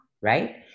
right